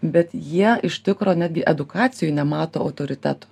bet jie iš tikro netgi edukacijoj nemato autoriteto